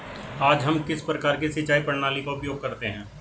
आज हम किस प्रकार की सिंचाई प्रणाली का उपयोग करते हैं?